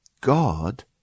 God